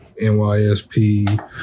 NYSP